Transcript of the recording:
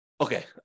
Okay